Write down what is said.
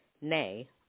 nay